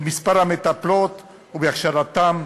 במספר המטפלות ובהכשרתן,